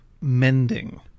mending